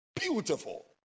beautiful